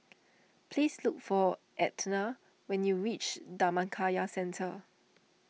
please look for Etna when you reach Dhammakaya Centre